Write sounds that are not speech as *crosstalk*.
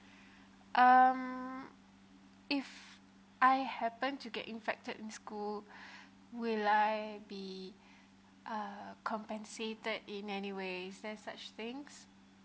*breath* um if I happen to get infected in school *breath* will I be *breath* uh compensated in any ways there such things